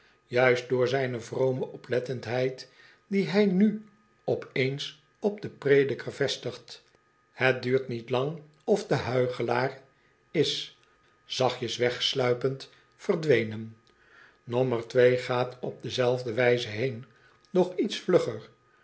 juist door zjne vrome oplettendheid die hij nu op eens op den prediker vostigt het duurt niet lang of de huichelaar is zachtjes wegsluipend verdwenen nommer twee gaat op dezelfde wijze heen doch iets vlugger